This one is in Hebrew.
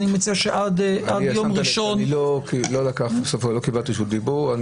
אני מציע שעד יום ראשון --- שמת לב שלא קיבלתי רשות דיבור,